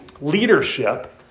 leadership